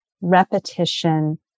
repetition